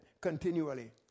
Continually